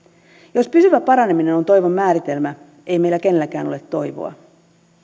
jos pysyvä paraneminen on toivon määritelmä ei meillä kenelläkään ole toivoa